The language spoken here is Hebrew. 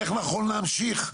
איך נכון להמשיך,